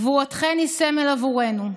גבורתכן היא סמל עבורנו.